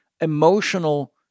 emotional